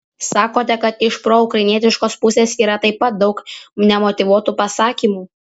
sakote kad iš proukrainietiškos pusės yra taip pat daug nemotyvuotų pasakymų